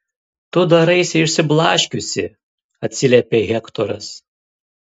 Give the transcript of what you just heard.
tu daraisi išsiblaškiusi atsiliepia hektoras